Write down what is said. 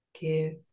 give